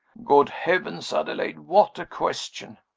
good heavens, adelaide, what a question!